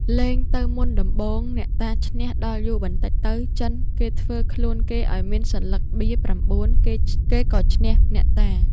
លេងទៅមុនដំបូងអ្នកតាឈ្នះដល់យូរបន្តិចទៅ ចិនគេធ្វើខ្លួនគេឲ្យមានសន្លឹកបៀ៩ គេក៏ឈ្នះអ្នកតា ។